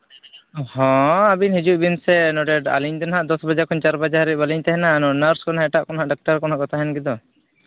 ᱦᱚᱸ ᱟᱹᱵᱤᱱ ᱦᱤᱡᱩᱜ ᱵᱤᱱ ᱥᱮ ᱱᱚᱸᱰᱮ ᱟᱹᱞᱤᱧ ᱫᱚ ᱦᱟᱸᱜ ᱫᱚᱥ ᱵᱟᱡᱮ ᱠᱷᱚᱡ ᱪᱟᱨ ᱵᱟᱡᱟ ᱦᱟᱹᱨᱤᱡ ᱵᱟᱹᱞᱤᱧ ᱛᱟᱦᱮᱱᱟ ᱱᱚᱣᱟ ᱱᱟᱨᱥ ᱠᱚ ᱱᱟᱦᱟᱸᱜ ᱮᱴᱟᱜ ᱠᱚ ᱦᱟᱸᱜ ᱰᱟᱠᱴᱟᱨ ᱠᱚ ᱱᱟᱜ ᱠᱚ ᱛᱟᱦᱮᱱ ᱜᱮᱫᱚ